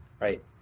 right